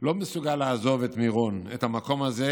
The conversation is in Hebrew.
לא מסוגל לעזוב את מירון, את המקום הזה,